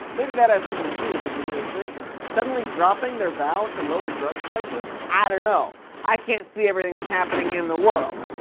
maybe that has something to do with his administration suddenly dropping their vow to lower drug prices? i don't know. i can't see everything that's happening in the world.